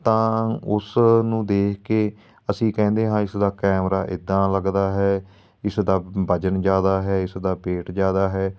ਤਾਂ ਉਸ ਨੂੰ ਦੇਖ ਕੇ ਅਸੀਂ ਕਹਿੰਦੇ ਹਾਂ ਇਸ ਦਾ ਕੈਮਰਾ ਇੱਦਾਂ ਲੱਗਦਾ ਹੈ ਇਸਦਾ ਵਜ਼ਨ ਜ਼ਿਆਦਾ ਹੈ ਇਸ ਦਾ ਵੇਟ ਜ਼ਿਆਦਾ ਹੈ